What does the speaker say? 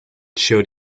showed